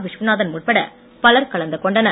விஸ்வநாதன் உட்பட பலர் கலந்து கொண்டனர்